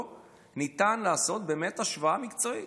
ניתן לעשות באמת השוואה מקצועית.